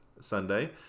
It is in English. Sunday